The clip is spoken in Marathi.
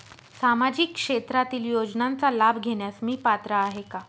सामाजिक क्षेत्रातील योजनांचा लाभ घेण्यास मी पात्र आहे का?